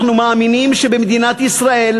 אנחנו מאמינים שבמדינת ישראל,